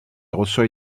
reçoit